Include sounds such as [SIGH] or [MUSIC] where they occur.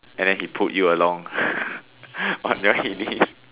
and then he pulled you along [BREATH] on your heelies